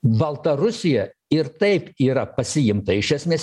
baltarusija ir taip yra pasiimta iš esmės